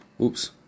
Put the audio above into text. Oops